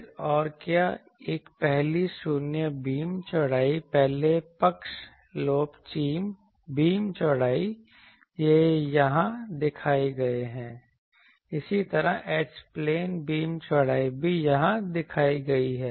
फिर और क्या एक पहली शून्य बीम चौड़ाई पहले पक्ष लोब बीम चौड़ाई ये यहां दिखाए गए हैं इसी तरह H प्लेन बीम चौड़ाई भी यहां दिखाई गई है